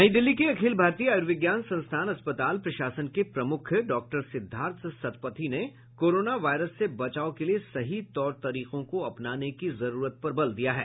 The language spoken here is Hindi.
नई दिल्ली के अखिल भारतीय आयुर्विज्ञान संस्थान अस्पताल प्रशासन के प्रमुख डॉक्टर सिद्धार्थ सतपथी ने कोरोना वायरस से बचाव के लिए सही तौर तरीकों को अपनाने की जरूरत पर बल दिया है